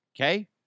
okay